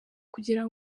kugira